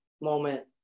moment